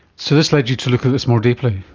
so this led you to look at this more deeply.